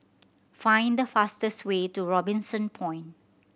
find the fastest way to Robinson Point